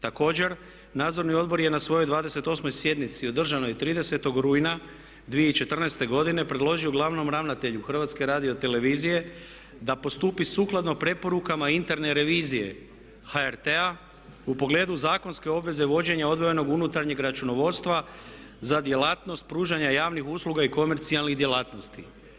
Također, Nadzorni odbor je na svojoj 28.sjednici održanoj 30.rujna 2014.godine predložio glavnom ravnatelju HRT-a da postupi sukladno preporukama interne revizije HRT-a u pogledu zakonske obveze vođenja odvojenog unutarnjeg računovodstva za djelatnost pružanja javnih usluga i komercijalnih djelatnosti.